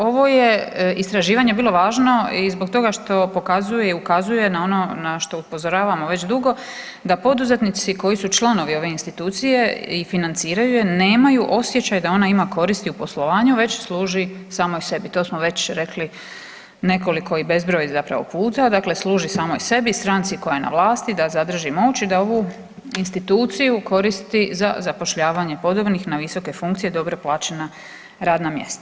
Ovo je istraživanje bilo važno i zbog toga što pokazuje i ukazuje na ono na što upozoravamo već dugo da poduzetnici koji su članovi ove institucije i financiraju je nemaju osjećaj da ona ima koristi u poslovanju već služi samoj sebi, to smo već rekli nekoliko i bezbroj zapravo puta, dakle služi samoj sebi, stranci koja je na vlasti da zadrži moć i da ovu instituciju koristi za zapošljavanje podobnih na visoke funkcije i dobro plaćena radna mjesta.